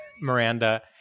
Miranda